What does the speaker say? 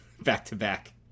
back-to-back